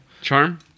charm